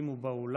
אם הוא באולם,